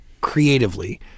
Creatively